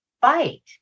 fight